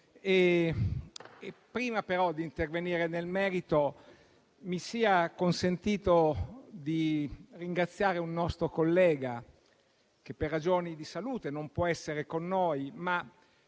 Prima però di intervenire nel merito, mi sia consentito di ringraziare un nostro collega che per ragioni di salute non può essere con noi.